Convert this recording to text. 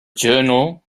journal